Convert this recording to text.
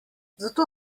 zato